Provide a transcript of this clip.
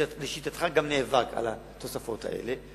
לשיטתך גם נאבק על התוספות האלה,